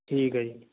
ਠੀਕ ਹੈ ਜੀ